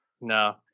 no